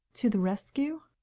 to the rescue?